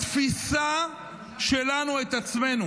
התפיסה שלנו את עצמנו